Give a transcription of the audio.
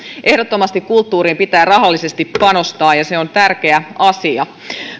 ehdottomasti kulttuuriin pitää rahallisesti panostaa ja se on tärkeä asia